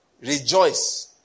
Rejoice